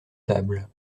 table